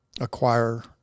acquire